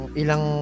ilang